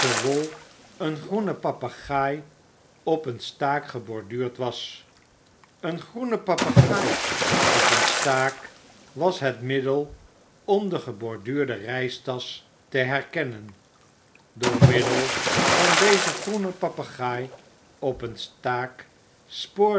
wol een groene papegaai op een staak geborduurd was een groene papegaai op een staak was het middel om die geborduurde reistasch te herkennen door middel van dezen groenen papegaai op een staak